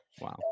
Wow